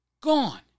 Gone